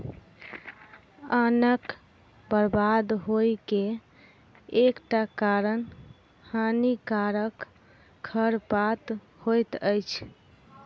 अन्नक बर्बाद होइ के एकटा कारण हानिकारक खरपात होइत अछि